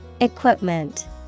Equipment